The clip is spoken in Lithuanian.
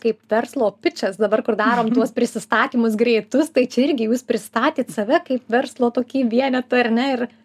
kaip verslo pičas dabar kur darom tuos prisistatymus greitus tai čia irgi jūs pristatėt save kaip verslo tokį vienetą ar ne ir